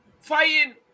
fighting